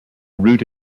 route